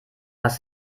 was